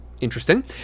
Interesting